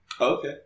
Okay